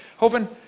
hovind,